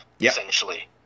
essentially